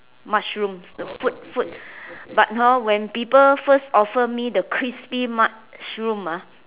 mushroom the food food but hor when people first offer me the crispy mushroom ah